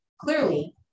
clearly